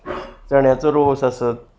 चण्याचो रोस आसत